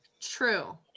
True